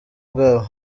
bwabo